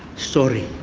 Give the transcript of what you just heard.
sorry